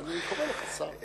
אז אני קורא לך שר.